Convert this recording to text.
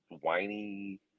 whiny